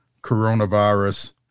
coronavirus